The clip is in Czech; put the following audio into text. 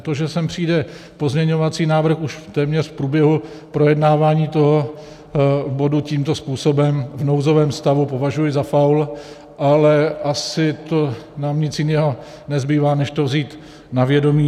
To, že sem přijde pozměňovací návrh už téměř v průběhu projednávání toho bodu tímto způsobem v nouzovém stavu, považuji za faul, ale asi nám nic jiného nezbývá než to vzít na vědomí.